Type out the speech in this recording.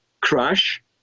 crash